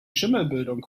schimmelbildung